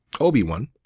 Obi-Wan